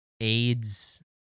aids